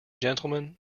gentlemen